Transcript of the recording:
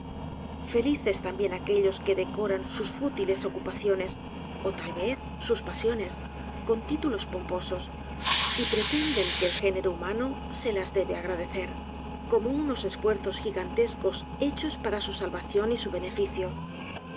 felices también aquellos que decoran sus fútiles ocupaciones ó tal vez sus pasiones con títulos pomposos y pretenden que el género humano se las debe agradecer como unos esfuerzos gigantescos hechos para su salvación y su beneficio